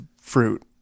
fruit